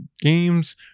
games